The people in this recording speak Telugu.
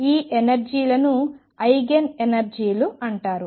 ఈ ఎనర్జీ లను ఐగెన్ ఎనర్జీలు అంటారు